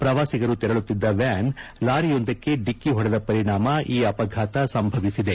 ಪ್ರವಾಸಿಗರು ತೆರಳುತ್ತಿದ್ದ ವ್ಯಾನ್ ಲಾರಿಯೊಂದಕ್ಕೆ ಡಿಕ್ಕಿ ಹೊಡೆದ ಪರಿಣಾಮ ಈ ಅಪಘಾತ ಸಂಭವಿಸಿದೆ